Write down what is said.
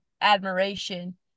admiration